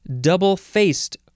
Double-faced